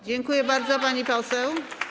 Dziękuję bardzo, pani poseł.